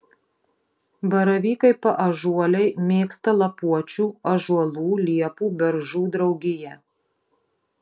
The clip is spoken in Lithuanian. baravykai paąžuoliai mėgsta lapuočių ąžuolų liepų beržų draugiją